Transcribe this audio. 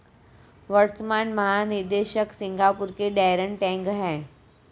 वर्तमान महानिदेशक सिंगापुर के डैरेन टैंग हैं